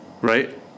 right